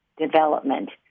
development